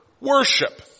worship